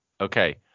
Okay